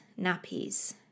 nappies